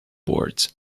boards